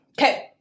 Okay